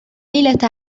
ليلة